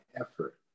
effort